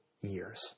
years